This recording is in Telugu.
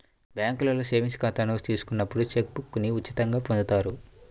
బ్యేంకులో సేవింగ్స్ ఖాతాను తీసుకున్నప్పుడు చెక్ బుక్ను ఉచితంగా పొందుతారు